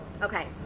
Okay